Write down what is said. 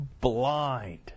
blind